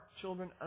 children